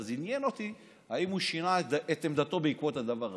אז עניין אותי אם הוא שינה את עמדתו בעקבות הדבר הזה,